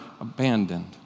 abandoned